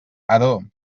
ador